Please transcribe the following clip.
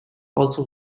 also